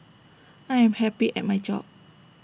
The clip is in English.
I am happy at my job